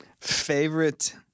Favorite